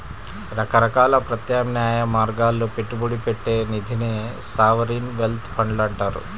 రకరకాల ప్రత్యామ్నాయ మార్గాల్లో పెట్టుబడి పెట్టే నిధినే సావరీన్ వెల్త్ ఫండ్లు అంటారు